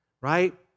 right